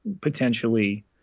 potentially